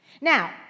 Now